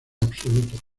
absoluto